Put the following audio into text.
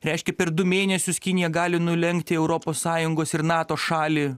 reiškia per du mėnesius kinija gali nulenkti europos sąjungos ir nato šalį